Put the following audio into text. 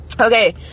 Okay